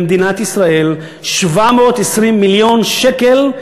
למדינת ישראל 720 מיליון שקל,